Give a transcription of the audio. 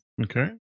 Okay